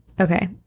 Okay